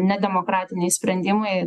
nedemokratiniai sprendimai